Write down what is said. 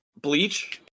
Bleach